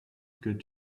good